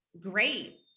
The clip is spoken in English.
great